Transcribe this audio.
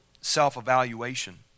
self-evaluation